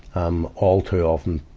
um, all too often,